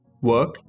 work